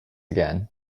again